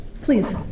please